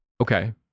okay